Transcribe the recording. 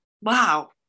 wow